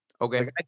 Okay